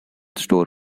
store